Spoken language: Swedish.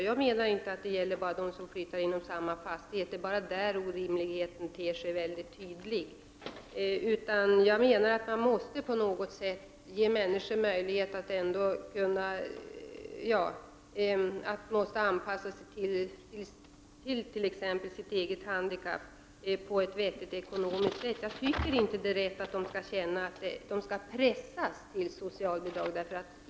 Jag menar inte att detta bara gäller dem som flyttar inom samma fastighet. Det är bara där orimligheten ter sig mycket tydlig. Jag menar att människor på något sätt måste ges möjlighet att anpassa sig till sina egna handikapp på ett ekonomiskt vettigt sätt. Jag tycker inte att det är rätt att de skall pressas till socialbidrag.